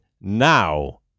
now